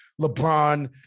LeBron